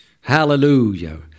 Hallelujah